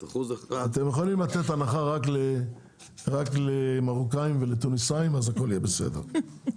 אתם יכולים לתת הנחה רק למרוקאים ולתוניסאים ואז הכל יהיה בסדר (צוחק).